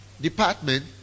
department